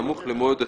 - בסמוך למועד החיוב,